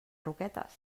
roquetes